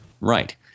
Right